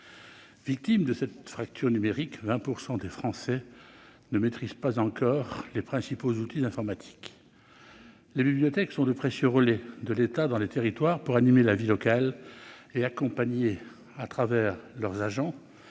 victimes de cette fracture numérique, 20 % des Français ne maîtrisent pas encore les principaux outils informatiques. Les bibliothèques sont de précieux relais de l'État dans les territoires- je pense en particulier aux